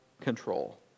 control